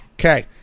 Okay